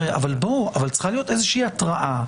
צריכה להיות איזה התרעה,